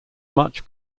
much